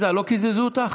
עליזה, לא קיזזו אותך?